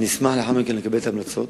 אשמח לקבל את ההצעות